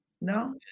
No